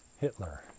Hitler